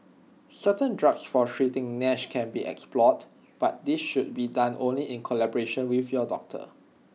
certain drugs for treating Nash can be explored but this should be done only in collaboration with your doctor